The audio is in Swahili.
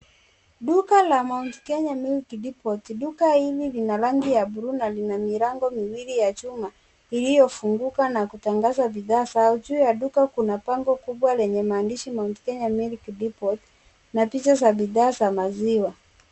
Duka la Mount Kenya Depot. Duka hili lina rangi ya buluu na lina milango miwili ya chuma iliyofunguka na kutangaza bidhaa zao. Juu ya duka kuna bango kubwa lenye maandishi Mount Kenya Milk Depot na picha za bidhaa za maziwa.